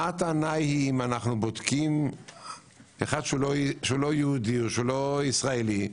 אם אנחנו בודקים אחד שהוא לא יהודי או לא ישראלי,